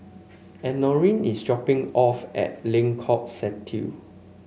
Elenore is dropping off at Lengkong Satu